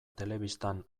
telebistan